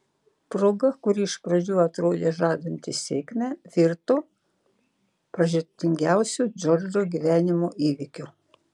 proga kuri iš pradžių atrodė žadanti sėkmę virto pražūtingiausiu džordžo gyvenimo įvykiu